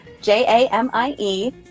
J-A-M-I-E